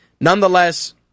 Nonetheless